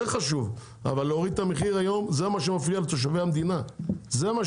אבל מה שיותר חשוב לתושבי המדינה זה נושא